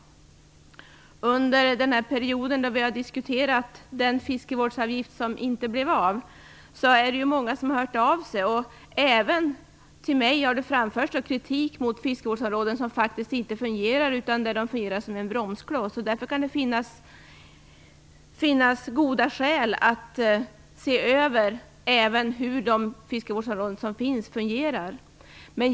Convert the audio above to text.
Under den period då vi diskuterade den fiskevårdsavgift som inte blev av var det många som hörde av sig. Även till mig har det framförts kritik mot fiskevårdsområden som faktiskt inte fungerar utan snarare blir en bromskloss. Det kan därför finnas goda skäl att se över även hur de fiskevårdsområden som finns fungerar.